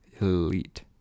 Elite